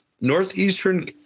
northeastern